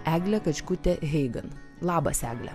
egle kačkute heigan labas egle